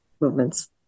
movements